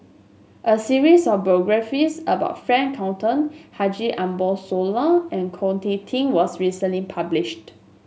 a series of biographies about Frank Cloutier Haji Ambo Sooloh and Ko Teck Kin was recently published